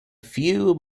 few